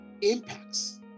impacts